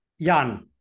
Jan